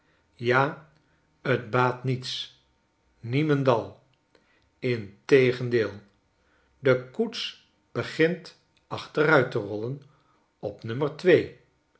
ja t baat niets niemendal integendeel de koets begint achteruit te rollen op